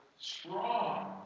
strong